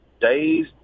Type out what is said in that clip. days